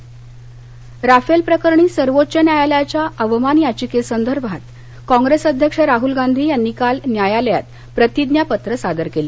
Rafale Rahul राफेलप्रकरणी सर्वोच्च न्यायालयाच्या अवमान याचिकेसंदर्भात काँग्रेस अध्यक्ष राहल गांधी यांनी काल न्यायालयात प्रतिज्ञापत्र सादर केलं